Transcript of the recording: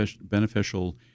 beneficial